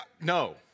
No